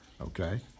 okay